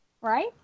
Right